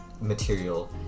material